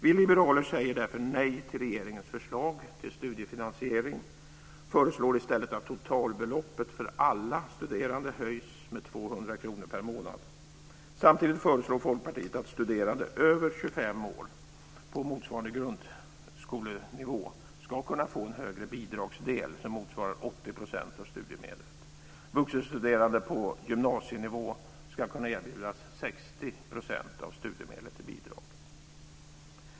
Vi liberaler säger därför nej till regeringens förslag till studiefinansiering och föreslår i stället att totalbeloppet för alla studerande höjs med 200 kr per månad. Samtidigt föreslår Folkpartiet att studerande över 25 år på motsvarande grundskolenivå ska kunna få en högre bidragsdel som motsvarar 80 % av studiemedlet. Vuxenstuderande på gymnasienivå ska kunna erbjudas 60 % av studiemedlet i bidrag.